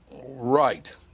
Right